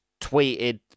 tweeted